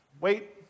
wait